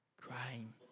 crying